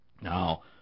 Now